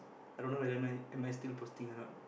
i don't know whether am I am I still posting a not